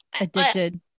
Addicted